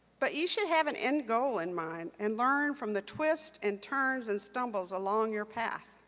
but you should have an end goal in mind and learn from the twist and turns and stumbles along your path.